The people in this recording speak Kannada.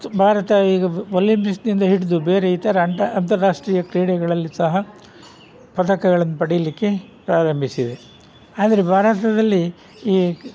ಸೊ ಭಾರತ ಈಗ ಒಲಂಪಿಕ್ಸ್ನಿಂದ ಹಿಡಿದು ಬೇರೆ ಇತರ ಅಂತರಾಷ್ಟ್ರೀಯ ಕ್ರೀಡೆಗಳಲ್ಲಿ ಸಹ ಪದಕಗಳನ್ನ ಪಡೀಲಿಕ್ಕೆ ಪ್ರಾರಂಭಿಸಿದೆ ಆದರೆ ಭಾರತದಲ್ಲಿ ಈ